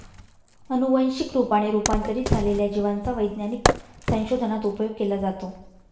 अनुवंशिक रूपाने रूपांतरित झालेल्या जिवांचा वैज्ञानिक संशोधनात उपयोग केला जातो